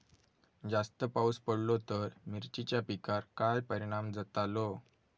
जास्त पाऊस पडलो तर मिरचीच्या पिकार काय परणाम जतालो?